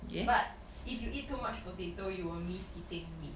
but if you eat too much potato you will miss eating meat